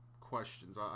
questions